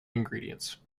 ingredients